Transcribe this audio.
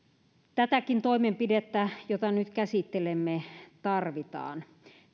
tätäkin toimenpidettä jota nyt käsittelemme tarvitaan